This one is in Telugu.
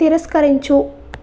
తిరస్కరించు